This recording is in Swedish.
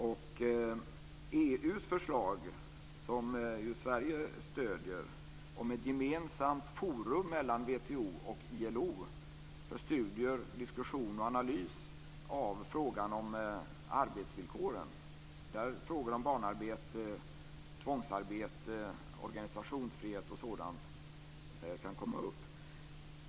EU:s förslag, som Sverige stöder, var ett gemensamt forum mellan WTO och ILO för studier, diskussion och analys av arbetsvillkoren, där frågor om barnarbete, tvångsarbete, organisationsfrihet och sådant kan komma upp.